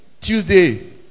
Tuesday